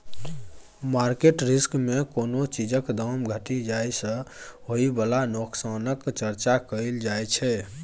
market risk मे कोनो चीजक दाम घटि जाइ सँ होइ बला नोकसानक चर्चा करल जाइ छै